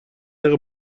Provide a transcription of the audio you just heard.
دقیقه